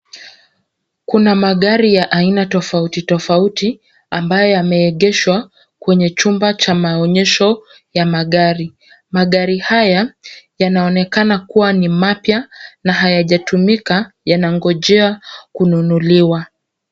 Kuna magari ya aina tofauti tofauti ambayo yameegeshwa kwenye chumba cha maonyesho ya magari, magari haya yanaonekana kuwa ni mapya na hayatumika yanangojea kununuliwa.